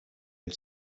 had